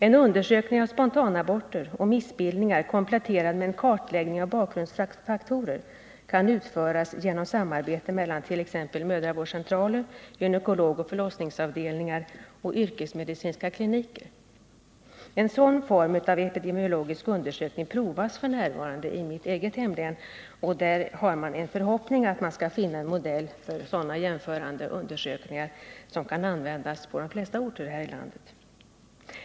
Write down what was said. En undersökning av spontanaborter och missbildningar kompletterad med en kartläggning av bakgrundsfaktorer kan utföras genom samarbete mellan t.ex. mödravårdscentraler, gynekologeller förlossningsavdelningar och yrkesmedicinska kliniker. En sådan form av epidemiologisk undersökning provas f. n. i mitt eget hemlän, och där har man en förhoppning om att kunna finna en modell för sådana jämförande undersökningar som skall kunna användas på de flesta orter här i landet.